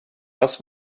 was